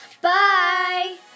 Bye